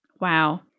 Wow